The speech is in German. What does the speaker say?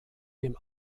dem